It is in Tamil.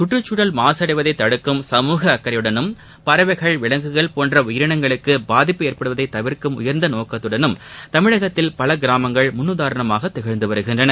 கற்றுச்சூழல் மாசு அடைவதை தடுக்கும் சமூக அக்கறையுடனும் பறவைகள் விலங்குகள் போன்ற உயிரினங்களுக்கு பாதிப்பு ஏற்படுவதை தவிர்க்கும் உயர்ந்த நோக்கத்துடனும் தமிழகத்தில் பல கிராமங்கள் முன்னுதாரணமாகத் திகழ்ந்து வருகின்றன